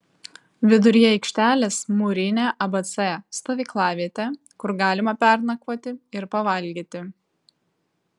viduryje aikštelės mūrinė abc stovyklavietė kur galima pernakvoti ir pavalgyti